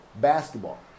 basketball